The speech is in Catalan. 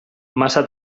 massa